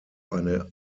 eine